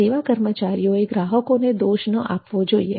સેવા કર્મચારીઓએ ગ્રાહકોને દોષ ન આપવો જોઈએ